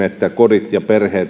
että kodit ja